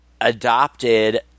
adopted